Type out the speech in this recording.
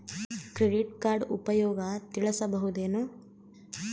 Credit card ಉಪಯೋಗ ತಿಳಸಬಹುದೇನು?